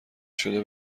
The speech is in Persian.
شده